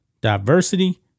Diversity